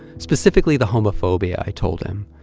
specifically the homophobia, i told him.